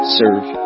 serve